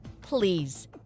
Please